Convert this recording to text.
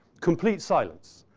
complete silence.